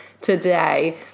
today